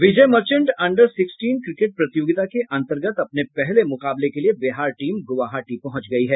विजय Merchant under sixteen cricket प्रतियोगिता के अन्तर्गत अपने पहले मुकाबले के लिए बिहार टीम गुवाहाटी पहुंच गयी है